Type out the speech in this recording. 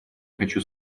хочу